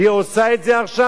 והיא עושה את זה עכשיו.